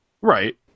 Right